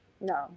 No